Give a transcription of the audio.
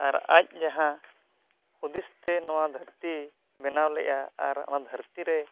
ᱟᱨ ᱟᱡ ᱡᱟᱦᱟᱸ ᱦᱩᱫᱤᱥᱛᱮ ᱱᱚᱣᱟ ᱫᱷᱟᱹᱨᱛᱤ ᱵᱮᱱᱟᱣ ᱞᱮᱜᱼᱟ ᱟᱨ ᱚᱱᱟ ᱫᱷᱟᱹᱨᱛᱤᱨᱮ